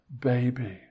baby